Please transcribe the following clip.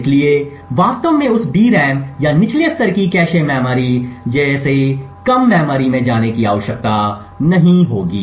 इसलिए वास्तव में उस DRAM या निचले स्तर की कैश मेमोरी जैसी कम मेमोरी में जाने की आवश्यकता नहीं होगी